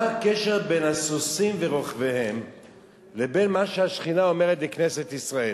מה הקשר בין הסוסים ורוכביהם לבין מה שהשכינה אומרת לכנסת ישראל,